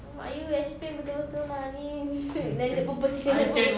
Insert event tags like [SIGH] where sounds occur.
!alamak! you explain betul betul lah ini [LAUGHS] landed property